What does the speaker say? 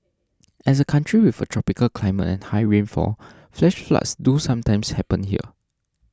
as a country with a tropical climate and high rainfall flash floods do sometimes happen here